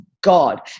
God